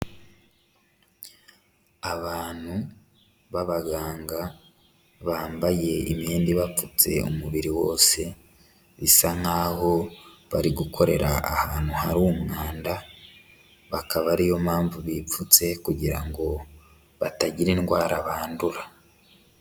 Abantu b'abaganga bambaye imyenda ibapfutse umubiri wose, bisa nk'aho bari gukorera ahantu hari umwanda, bakaba ari yo mpamvu bipfutse kugira ngo batagira indwara bandura.